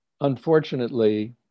Unfortunately